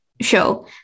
show